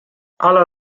ala